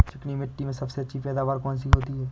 चिकनी मिट्टी में सबसे अच्छी पैदावार कौन सी होती हैं?